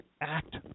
act